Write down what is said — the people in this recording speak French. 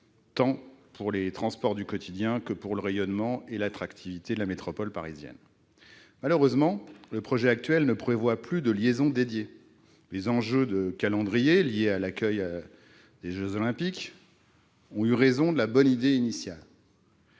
des transports du quotidien que du rayonnement et de l'attractivité de la métropole parisienne. Malheureusement, le projet actuel ne prévoit plus de liaison dédiée : les questions de calendrier liées à l'accueil des jeux Olympiques ont eu raison de la bonne idée initiale